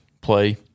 play